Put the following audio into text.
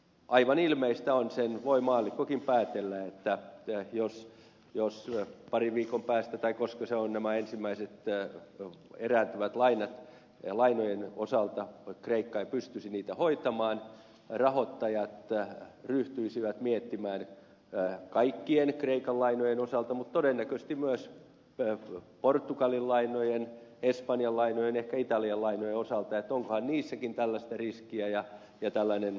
aivan ilmeistä on sen voi maallikkokin päätellä että jos parin viikon päästä tai koska nämä ensimmäiset työ on kerättävä vaje ja lainat erääntyvät kreikka ei pystyisi näitä lainoja hoitamaan rahoittajat ryhtyisivät miettimään kaikkien kreikan lainojen osalta mutta todennäköisesti myös portugalin lainojen espanjan lainojen ehkä italian lainojen osalta onkohan niissäkin tällaista riskiä